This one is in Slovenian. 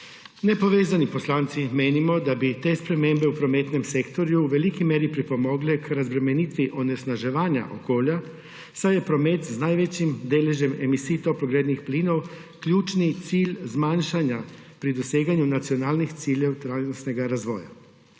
Nepovezani poslanci menimo, da bi te spremembe v prometnem sektorju v veliki meri pripomogle k razbremenitvi onesnaževanja okolja, saj je omejitev prometa z največjim deležem emisij toplogrednih plinov ključni cilj zmanjšanja pri doseganju nacionalnih ciljev trajnostnega razvoja.